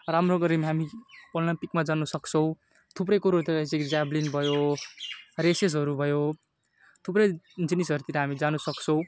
राम्रो गर्यौँ हामी ओलिम्पिकमा जान सक्छौँ थुप्रै कुरो जस्तो कि ज्याभलिन भयो रेसेसहरू भयो थुप्रै जिनिसहरूतिर हामी जान सक्छौँ